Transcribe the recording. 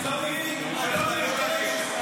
------ את הקשר.